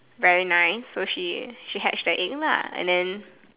very nice so she she hatch the egg lah and then